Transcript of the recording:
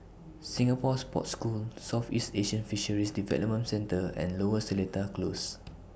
Singapore Sports School Southeast Asian Fisheries Development Centre and Lower Seletar Close